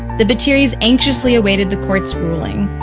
the battiris anxiously awaited the court's ruling.